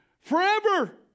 forever